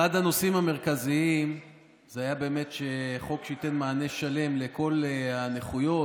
אחד הנושאים המרכזיים היה באמת שזה חוק שייתן מענה שלם לכל הנכויות,